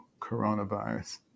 coronavirus